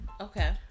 Okay